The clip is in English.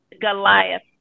Goliath